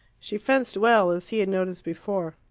she fenced well, as he had noticed before.